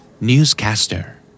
Newscaster